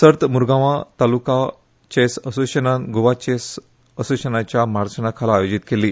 सर्त मुरगांव तालुका चेस असोसिएशनान गोवा चेस असोसिएशनाच्या मार्गदर्शना खाला आयोजीत केल्ली